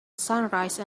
sunrise